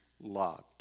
loved